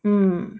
mm